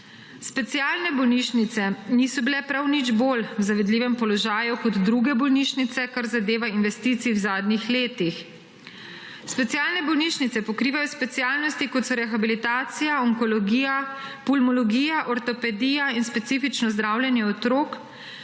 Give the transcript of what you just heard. Specialne bolnišnice niso bile prav nič bolj v zavidljivem položaju kot druge bolnišnice, kar zadeva investicij v zadnjih letih. Specialne bolnišnice pokrivajo specialnosti, kot so rehabilitacija, onkologija, pulmologija, ortopedija in specifično zdravljenje otrok,